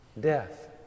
death